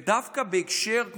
ודווקא בהקשר של מערך הגיור,